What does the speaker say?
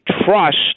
trust